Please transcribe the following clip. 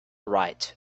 right